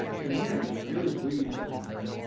to the end, he really believes that, you know,